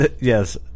Yes